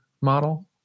model